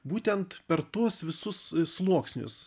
būtent per tuos visus sluoksnius